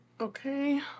Okay